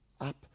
up